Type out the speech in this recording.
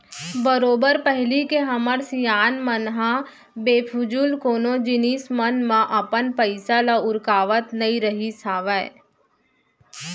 बरोबर पहिली के हमर सियान मन ह बेफिजूल कोनो जिनिस मन म अपन पइसा ल उरकावत नइ रहिस हावय